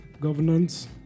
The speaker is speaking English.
governance